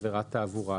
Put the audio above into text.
עבירת תעבורה.